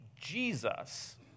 Jesus